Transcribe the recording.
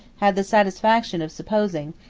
had the satisfaction of supposing,